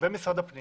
ומשרד הפנים